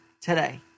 today